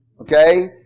okay